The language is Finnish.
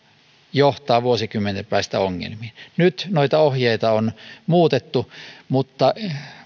johtaa vuosikymmenien päästä ongelmiin nyt noita ohjeita on muutettu mutta